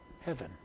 heaven